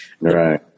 right